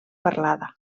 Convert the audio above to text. parlada